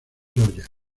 georgia